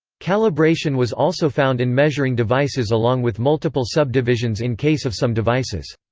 calibration was also found in measuring devices along with multiple subdivisions in case of some devices.